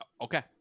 Okay